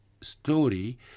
story